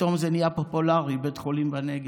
פתאום זה נהיה פופולרי, בית חולים בנגב.